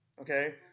Okay